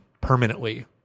permanently